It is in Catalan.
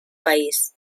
país